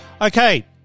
Okay